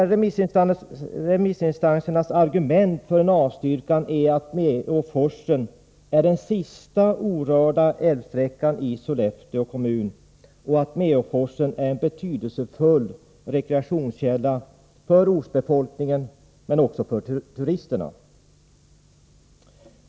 Remissinstansernas argument för en avstyrkan är att Meåforsen är den sista orörda älvsträckan i Sollefteå kommun och att Meåforsen är en betydelsefull rekreationskälla för ortsbefolkningen och även för turisterna.